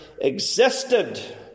existed